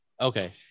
okay